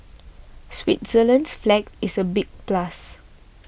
Switzerland's flag is a big plus